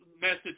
message